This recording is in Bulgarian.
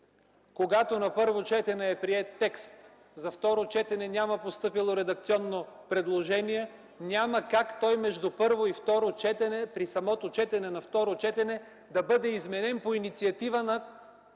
Когато на първо четене е приет текст, за второ четене няма постъпило редакционно предложение, няма как между първо и второ четене при самото второ четене той да бъде изменен по инициатива